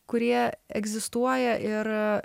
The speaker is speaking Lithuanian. kurie egzistuoja ir